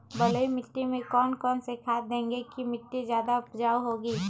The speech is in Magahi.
बलुई मिट्टी में कौन कौन से खाद देगें की मिट्टी ज्यादा उपजाऊ होगी?